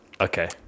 okay